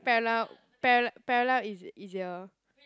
parallel para~ parallel easi~ easier